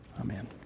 Amen